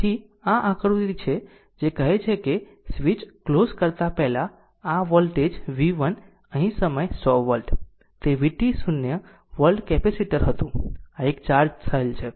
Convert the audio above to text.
તેથી આ આકૃતિ છે જે કહે છે કે સ્વીચ ક્લોઝ કરતા પહેલા આ વોલ્ટેજ v 1 અહીં સમય 100 વોલ્ટ અને v 2 0 વોલ્ટ કેપેસિટર હતું આ એક ચાર્જ થયેલ છે